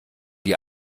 die